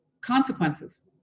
consequences